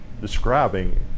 describing